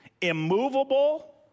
immovable